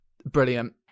Brilliant